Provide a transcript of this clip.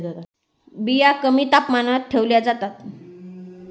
बिया कमी तापमानात ठेवल्या जातात